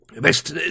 Best